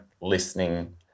listening